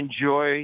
enjoy